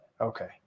Okay